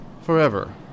forever